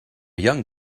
young